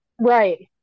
Right